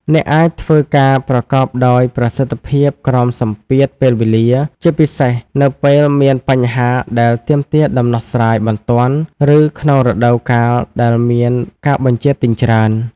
អ្នកអាចធ្វើការប្រកបដោយប្រសិទ្ធភាពក្រោមសម្ពាធពេលវេលា ជាពិសេសនៅពេលមានបញ្ហាដែលទាមទារដំណោះស្រាយបន្ទាន់ ឬក្នុងរដូវកាលដែលមានការបញ្ជាទិញច្រើន។